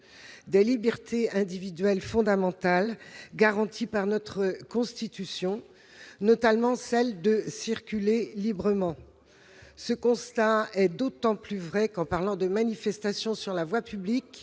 des libertés individuelles fondamentales garanties par notre constitution, notamment celle de circuler librement. C'est d'autant plus vrai que, en parlant de manifestations sur la voie publique,